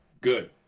good